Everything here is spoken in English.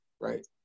Right